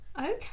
Okay